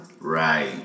Right